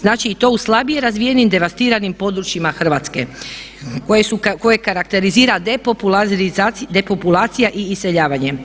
Znači, i to u slabije razvijenim, devastiranim područjima Hrvatske koje karakterizira depopulacija i iseljavanje.